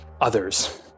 others